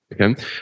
okay